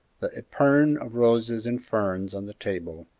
the epergne of roses and ferns on the table,